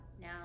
now